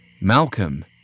Malcolm